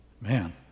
Man